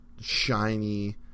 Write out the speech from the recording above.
shiny